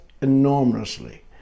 enormously